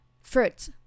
fruit